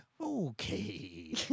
okay